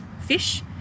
fish